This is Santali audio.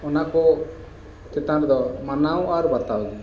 ᱚᱱᱟ ᱠᱚ ᱪᱮᱛᱟᱱ ᱨᱮᱫᱚ ᱢᱟᱱᱟᱣ ᱟᱨ ᱵᱟᱛᱟᱣ ᱜᱮ